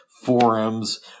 forums